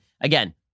Again